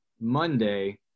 Monday